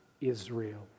Israel